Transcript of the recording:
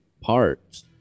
parts